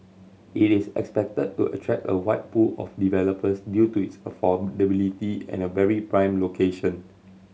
it is expected to attract a wide pool of developers due to its affordability and a very prime location